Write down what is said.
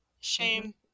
Shame